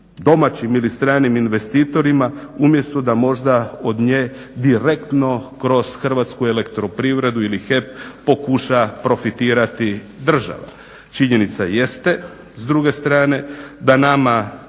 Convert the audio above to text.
domaćim ili stranim investitorima umjesto da možda od nje direktno kroz Hrvatsku elektroprivredu ili HEP pokuša profitirati država. Činjenica jeste, s druge strane da nama